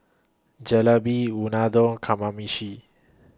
Jalebi Unadon Kamameshi